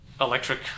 Electric